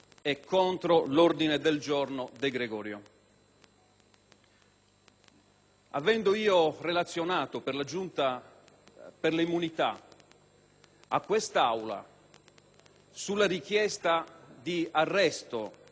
delle elezioni e delle immunità a quest'Aula sulla richiesta di arresto del collega Di Girolamo, qualche mese fa,